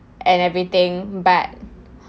and everything but